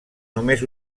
només